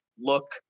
look